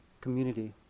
community